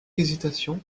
hésitation